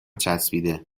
چسبیده